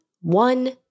one